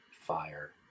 fire